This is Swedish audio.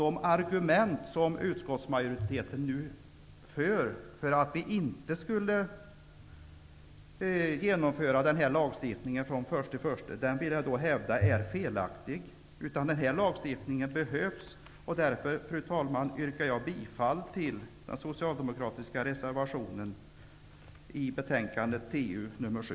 De argument som utskottsmajoriteten nu ger för att man inte skulle genomföra lagstiftningen från den 1 januari är enligt min mening felaktiga. Denna lagstiftning behövs. Jag yrkar därför, fru talman, bifall till den socialdemokratiska reservationen till trafikutskottets betänkande TU7.